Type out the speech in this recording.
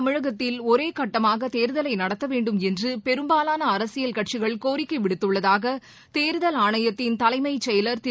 தமிழகத்தில் ஒரேகட்டமாக தேர்தலை நடத்த வேண்டும் என்று பெரும்பாலாள அரசியல் கட்சிகள் கோரிக்கை விடுத்துள்ளதாக தேர்தல் ஆணையத்தின் தலைமைச் செயலர் திரு